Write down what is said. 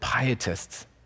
pietists